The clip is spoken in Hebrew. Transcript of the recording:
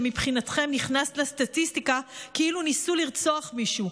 שמבחינתכם נכנס לסטטיסטיקה כאילו ניסו לרצוח מישהו.